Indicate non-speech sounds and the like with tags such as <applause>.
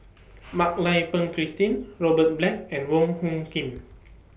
<noise> Mak Lai Peng Christine Robert Black and Wong Hung Khim